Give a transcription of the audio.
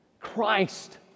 Christ